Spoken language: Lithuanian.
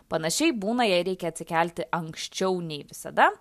panašiai būna jei reikia atsikelti anksčiau nei visada